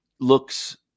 looks